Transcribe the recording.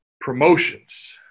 promotions